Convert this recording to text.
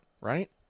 right